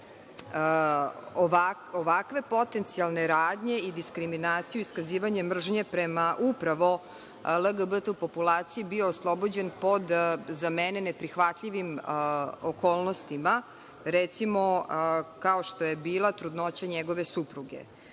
ovakve potencijalne radnje i diskriminaciju i iskazivanje mržnje prema upravo LGBT populaciji, bio oslobođen pod za mene neprihvatljivim okolnostima, recimo, kao što je bila trudnoća njegove supruge.